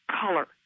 color